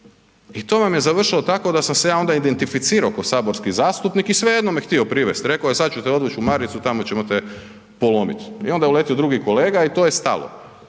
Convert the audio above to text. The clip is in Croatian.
I to vam je završilo tako da sam se ja onda identificirao kao saborski zastupnik i svejedno me htio me htio privest, rekao je „sad ću te odvuć u maricu, tamo ćemo te polomit“ i onda je uletio drugi kolega i to je stalo